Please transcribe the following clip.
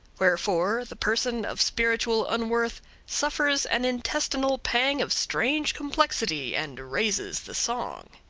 wherefore the person of spiritual unworth suffers an intestinal pang of strange complexity and raises the song.